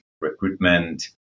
recruitment